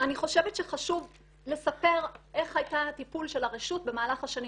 אני חושבת שחשוב לספר איך היה הטיפול של הרשות במהלך השנים.